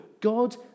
God